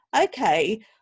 okay